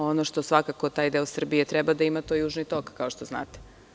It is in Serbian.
Ono što svakako taj deo Srbije treba da ima je Južni tok, kao što znate.